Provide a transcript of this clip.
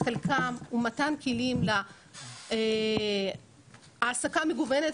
חלקם הוא מתן כלים להעסקה מגוונת